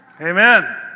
Amen